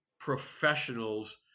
professionals